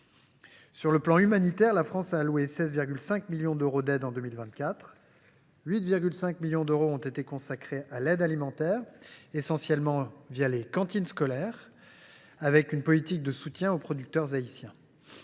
Sur le plan humanitaire, la France a alloué à Haïti 16,5 millions d’euros d’aide en 2024. Quelque 8,5 millions d’euros ont été consacrés à l’aide alimentaire, essentiellement les cantines scolaires, avec une politique de soutien aux producteurs haïtiens.